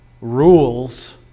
rules